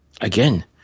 again